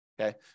Okay